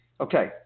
Okay